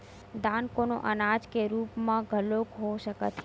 दान कोनो अनाज के रुप म घलो हो सकत हे